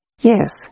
Yes